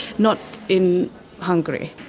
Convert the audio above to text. not in hungary.